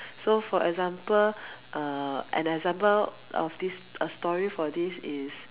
so for example err an example of this a story for this is